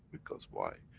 because why?